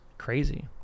crazy